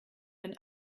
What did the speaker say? wenn